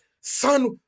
Son